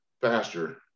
faster